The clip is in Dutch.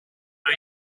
aan